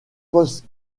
post